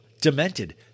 demented